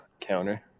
counter